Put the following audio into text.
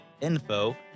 info